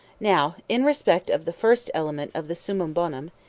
now in respect of the first element of the summum bonum,